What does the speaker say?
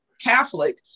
Catholic